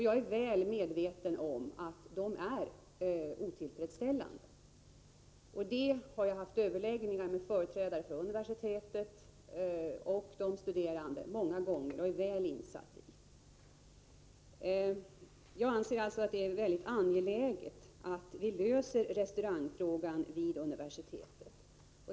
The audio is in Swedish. Jag är väl medveten om att lokalerna är otillfredsställande, och jag har haft överläggningar med företrädare för universitetet och de studerande därom många gånger och är väl insatt i dessa saker. Jag anser alltså att det är mycket angeläget att vi löser frågan om restaurang vid universitetet.